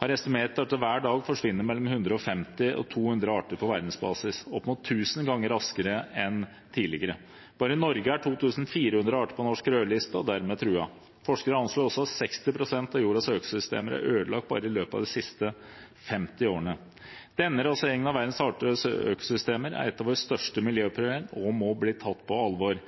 har estimert at det hver dag forsvinner mellom 150 og 200 arter på verdensbasis – opp mot tusen ganger raskere enn tidligere. Bare i Norge er 2 400 arter på norsk rødliste og dermed truet. Forskere anslår også at 60 pst. av jordas økosystemer er ødelagt bare i løpet av de siste 50 årene. Denne raseringen av verdens sarte økosystemer er et av våre største miljøproblem og må bli tatt på alvor.